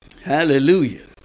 Hallelujah